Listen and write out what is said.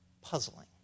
puzzling